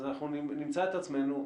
אז אנחנו נמצא את עצמנו,